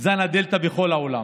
זן הדלתא בכל העולם,